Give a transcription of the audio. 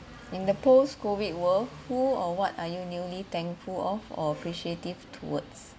in the post COVID world who or what are you newly thankful of or appreciative towards